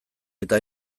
eta